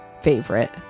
favorite